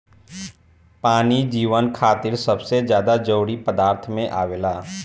पानी जीवन खातिर सबसे ज्यादा जरूरी पदार्थ में आवेला